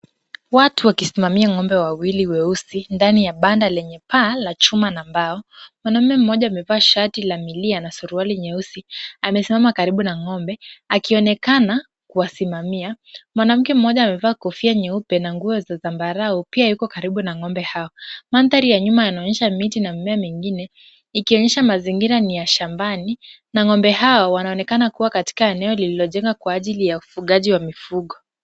Watu wakisimamia ng'ombe wawili weusi ndani ya banda lenye paa na chuma na mbao. Mwanaume mmoja amevaa shati la milia na suruali nyeusi. Amesimama karibu na ng'ombe akionekana kuwasimamia. Mwanamke mmoja amevaa kofia nyeupe na nguo za zambarau pia yuko karibu na ng'ombe hao. Mandhari ya nyuma yanaonyesha miti na mimea mingine ikionyesha mazingira ni ya shambani na ng'ombe hao wanaonekana kuwa katika eneo lililojengwa kwa ajili ya ufugaji wa mifugo.